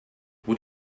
what